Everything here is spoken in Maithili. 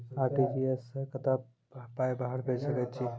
आर.टी.जी.एस सअ कतबा पाय बाहर भेज सकैत छी?